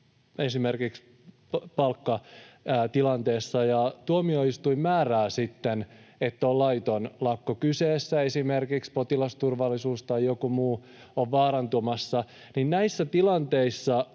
esimerkiksi palkkatilanteessa, ja tuomioistuin määrää sitten, että on laiton lakko kyseessä, esimerkiksi potilasturvallisuus tai joku muu on vaarantumassa, niin näissä tilanteissa